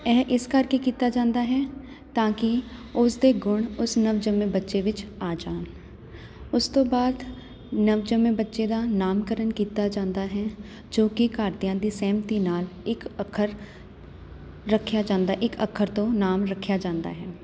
ਇਹ ਇਸ ਕਰਕੇ ਕੀਤਾ ਜਾਂਦਾ ਹੈ ਤਾਂ ਕਿ ਉਸ ਦੇ ਗੁਣ ਉਸ ਨਵਜੰਮੇ ਬੱਚੇ ਵਿੱਚ ਆ ਜਾਣ ਉਸ ਤੋਂ ਬਾਅਦ ਨਵਜੰਮੇ ਬੱਚੇ ਦਾ ਨਾਮਕਰਨ ਕੀਤਾ ਜਾਂਦਾ ਹੈ ਜੋ ਕਿ ਘਰਦਿਆਂ ਦੀ ਸਹਿਮਤੀ ਨਾਲ ਇੱਕ ਅੱਖਰ ਰੱਖਿਆ ਜਾਂਦਾ ਇੱਕ ਅੱਖਰ ਤੋਂ ਨਾਮ ਰੱਖਿਆ ਜਾਂਦਾ ਹੈ